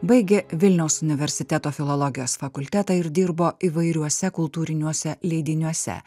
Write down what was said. baigė vilniaus universiteto filologijos fakultetą ir dirbo įvairiuose kultūriniuose leidiniuose